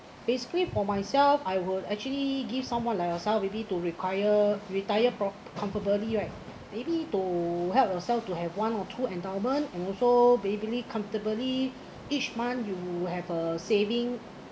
basically for myself I would actually give someone like ourselves maybe to require retire prop~ comfortably right maybe to help yourself to have one or two endowment and also basically comfortably each month you you have a saving